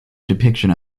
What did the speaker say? depiction